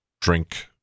drink